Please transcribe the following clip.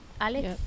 Alex